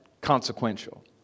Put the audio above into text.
consequential